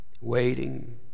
Waiting